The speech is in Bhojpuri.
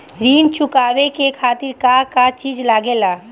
ऋण चुकावे के खातिर का का चिज लागेला?